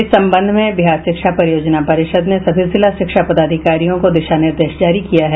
इस संबंध में बिहार शिक्षा परियोजना परिषद ने सभी जिला शिक्षा पदाधिकारियों को दिशा निर्देश जारी किया है